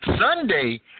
Sunday